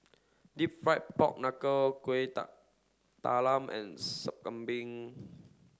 Deep Fried Pork Knuckle Kueh Talam and Sup Kambing